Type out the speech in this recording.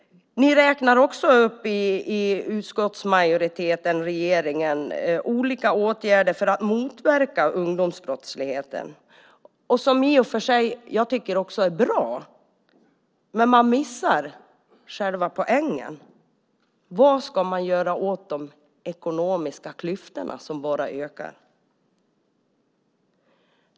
Utskottsmajoriteten räknar upp olika åtgärder för att motverka ungdomsbrottsligheten. Jag tycker i och för sig att det är bra, men man missar själva poängen: Vad ska man göra åt de ekonomiska klyftorna som bara ökar?